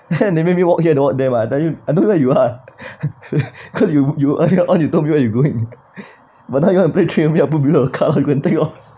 then they make me walk here walk there mah I tell him I don't know where you are cause you you earlier on you told me where you going but now you wanna play trick with me I put below the car you go and take lor